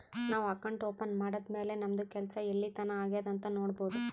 ನಾವು account open ಮಾಡದ್ದ್ ಮ್ಯಾಲ್ ನಮ್ದು ಕೆಲ್ಸಾ ಎಲ್ಲಿತನಾ ಆಗ್ಯಾದ್ ಅಂತ್ ನೊಡ್ಬೋದ್